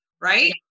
right